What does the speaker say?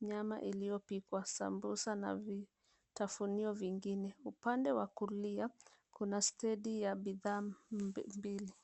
nyama iliyopikwa, sambusa na vitafunio vingine. Upande wa kulia, kuna stendi ya bidhaa mbi mbili.